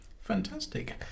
Fantastic